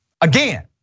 again